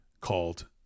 called